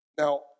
Now